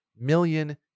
million